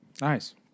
Nice